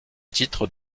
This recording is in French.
titre